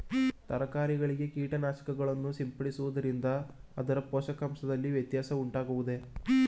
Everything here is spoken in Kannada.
ತರಕಾರಿಗಳಿಗೆ ಕೀಟನಾಶಕಗಳನ್ನು ಸಿಂಪಡಿಸುವುದರಿಂದ ಅದರ ಪೋಷಕಾಂಶದಲ್ಲಿ ವ್ಯತ್ಯಾಸ ಉಂಟಾಗುವುದೇ?